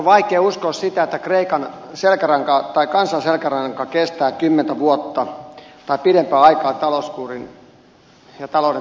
minun on vaikea uskoa sitä että kreikan selkäranka tai sen kansan selkäranka kestää kymmentä vuotta tai pidempää aikaa talouskuria ja talouden tasapainottamista